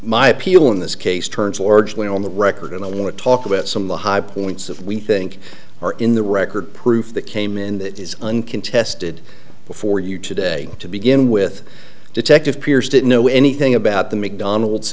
my appeal in this case turns largely on the record and i want to talk about some of the high points of we think are in the record proof that came in that is uncontested before you today to begin with detective pierce didn't know anything about the mcdonald